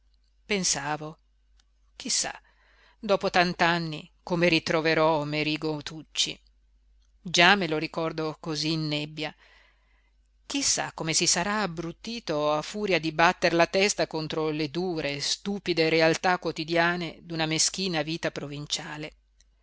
neanch'io pensavo chi sa dopo tant'anni come ritroverò merigo tucci già me lo ricordo cosí in nebbia chi sa come si sarà abbrutito a furia di batter la testa contro le dure stupide realtà quotidiane d'una meschina vita provinciale